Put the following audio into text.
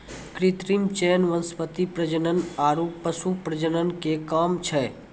कृत्रिम चयन वनस्पति प्रजनन आरु पशु प्रजनन के काम छै